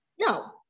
no